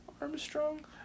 Armstrong